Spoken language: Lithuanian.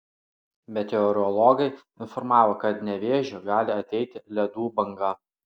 meteorologai informavo kad nevėžiu gali ateiti ledų banga